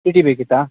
T ಟಿ ಬೇಕಿತ್ತಾ